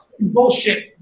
bullshit